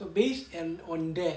so based and on that